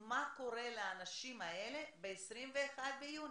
מה קורה לאנשים האלה ב-21 ביוני.